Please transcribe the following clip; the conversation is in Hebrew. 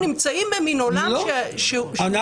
אנחנו כאילו נמצאים במין עולם שמניח --- מה